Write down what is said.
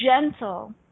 gentle